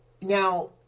Now